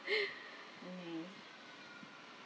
mm